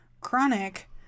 chronic